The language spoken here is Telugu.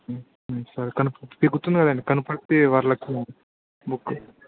సరే కనుక్కో మీకు గుర్తుంది కదండి కనపర్తి వరలక్ష్మి బుక్